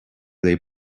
lay